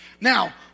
Now